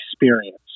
experience